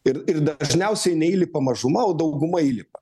ir ir dažniausiai neįlipa mažuma o dauguma įlipa